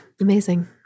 Amazing